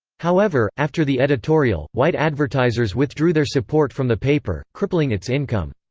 however, after the editorial, white advertisers withdrew their support from the paper, crippling its income.